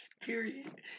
Period